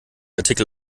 artikel